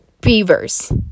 beavers